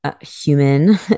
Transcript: human